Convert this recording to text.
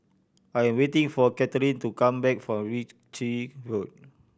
I am waiting for Katharine to come back from Ritchie Road